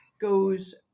goes